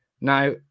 Now